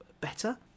better